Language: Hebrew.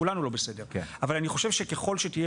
כולנו לא בסדר אבל אני חושב שככל שתהיה